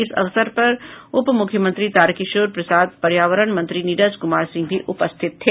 इस अवसर पर उप मुख्यमंत्री तारकिशोर प्रसाद पर्यावरण मंत्री नीरज कुमार सिंह भी उपस्थित थे